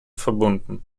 verbunden